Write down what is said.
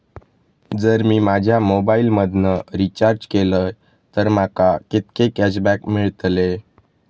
जर मी माझ्या मोबाईल मधन रिचार्ज केलय तर माका कितके कॅशबॅक मेळतले?